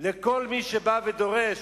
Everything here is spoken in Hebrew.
לכל מי שבא ודורש.